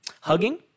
Hugging